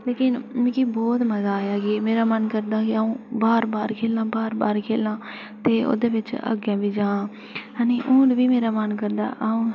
लेकिन मिगी बहुत मज़ा आया कि मेरा मन करदा कि अं'ऊ बार बार खेढां बार बार खेढां ते ओह्दे बिच अग्गें बी जां आं हू'न बी मेरा मन करदा अं'ऊ